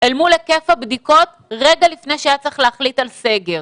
אל מול היקף הבדיקות רגע לפני שהיה צריך להחליט על סגר?